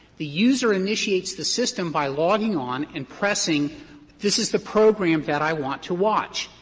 the user initiates the system by logging on and pressing this is the program that i want to watch.